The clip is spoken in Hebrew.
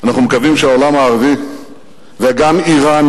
אנחנו מקווים שהעולם הערבי וגם אירן